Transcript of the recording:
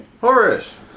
Horace